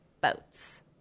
Boats